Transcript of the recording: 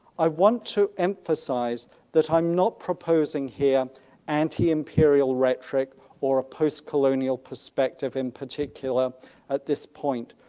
i want to emphasize that i'm not proposing here anti-imperial rhetoric or a post-colonial perspective in particular at this point.